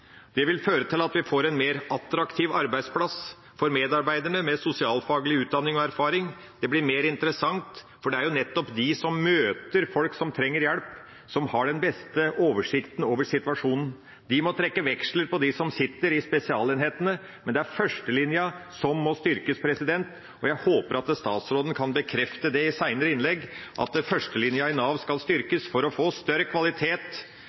Det vil føre til at vi får en mer attraktiv arbeidsplass, får medarbeidere med sosialfaglig utdanning og erfaring, og det blir mer interessant, for det er nettopp dem som møter folk som trenger hjelp, som har den beste oversikten over situasjonen. Vi må trekke veksler på dem som sitter i spesialenhetene, men det er førstelinja som må styrkes, og jeg håper at statsråden kan bekrefte i senere innlegg at førstelinja i Nav skal styrkes for å få større kvalitet,